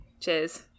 Cheers